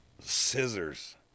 Scissors